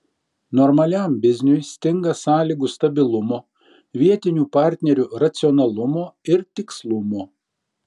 normaliam bizniui stinga sąlygų stabilumo vietinių partnerių racionalumo ir tikslumo